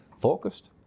focused